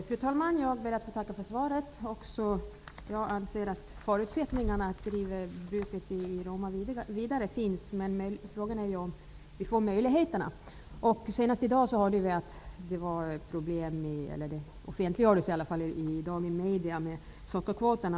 Fru talman! Jag ber att få tacka för svaret. Också jag anser att förutsättningarna för att driva bruket i Roma vidare finns, men frågan är om det blir några möjligheter till detta. Senast i dag har det offentliggjorts i medierna att det är problem med sockerkvoten.